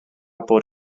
bod